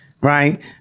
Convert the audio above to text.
right